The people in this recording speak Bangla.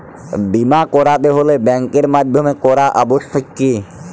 বিমা করাতে হলে ব্যাঙ্কের মাধ্যমে করা আবশ্যিক কি?